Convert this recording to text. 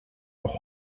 noch